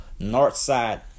Northside